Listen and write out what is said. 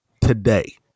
today